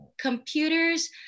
Computers